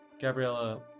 Gabriella